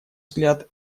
взгляд